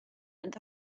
and